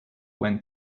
went